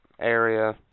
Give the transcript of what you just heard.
area